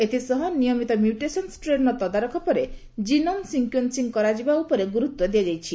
ଏଥିସହ ନିୟମିତ ମ୍ୟୁଟେସନ ଷ୍ଟ୍ରେନର ତଦାରଖ ପରେ କିନୋମ୍ ସିକ୍ୟୁଏନ୍ସିଂ କରାଯିବା ଉପରେ ଗୁରୁତ୍ୱ ଦିଆଯାଇଛି